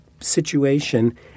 situation